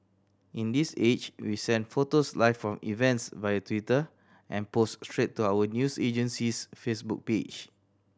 in this age we send photos live from events via Twitter and post straight to our news agency's Facebook page